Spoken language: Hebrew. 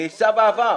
נעשה בעבר.